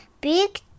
Big